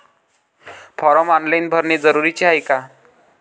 Form online भरने जरुरीचे हाय का?